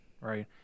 right